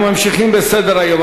אנחנו ממשיכים בסדר-היום.